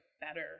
better